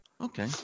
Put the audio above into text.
Okay